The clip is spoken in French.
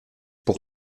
pour